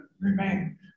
remain